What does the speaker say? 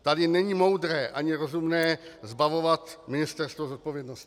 Tady není moudré ani rozumné zbavovat ministerstvo zodpovědnosti.